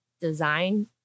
design